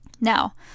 Now